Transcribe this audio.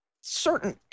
certain